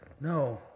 No